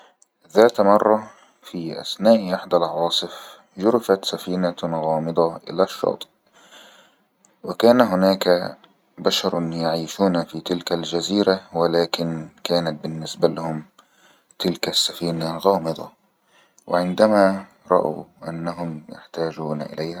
ذات مرة في أسناء أحد العواصف جرفت سفينة غامضة إلى الشاطء وكان هناك بشرن يعيشون في تلك الجزيرة ولكن كانت بالنسبة لهم تلك السفينة غامضة وعندما رأوا أنهم يحتاجون إليها